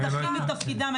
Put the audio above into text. מודחים מתפקידם.